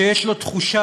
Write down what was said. שיש לו תחושה,